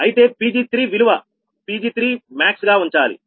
అయితే Pg3 విలువ Pg3max గా ఉంచాలి